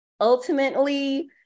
Ultimately